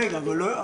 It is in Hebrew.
רגע, אבל לא.